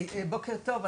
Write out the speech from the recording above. בוקר טוב.